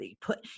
put